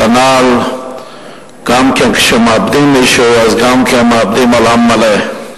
כנ"ל גם כשמאבדים מישהו, גם כן מאבדים עולם מלא.